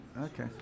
okay